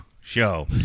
show